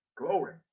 glory